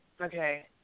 okay